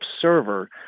server